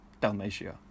Dalmatia